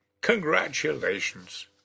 Congratulations